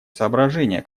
соображения